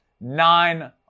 nine